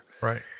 Right